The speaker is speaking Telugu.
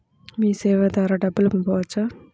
మీసేవ ద్వారా డబ్బు పంపవచ్చా?